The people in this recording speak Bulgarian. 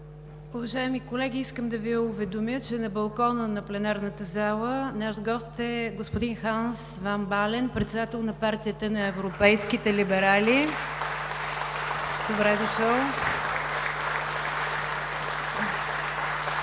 Уважаеми колеги, искам да Ви уведомя, че на балкона на пленарната зала наш гост е господин Ханс ван Баален – председател на Партията на европейските либерали. (Народните